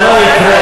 זה לא יקרה,